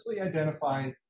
identify